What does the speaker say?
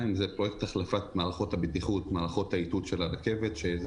השני הוא החלפת מערכות הבטיחות ומערכות האיתות של הרכבת שזה